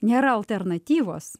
nėra alternatyvos